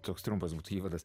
toks trumpas būtų įvadas